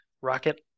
Rocket